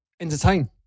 entertain